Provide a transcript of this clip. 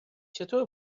چطور